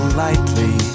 lightly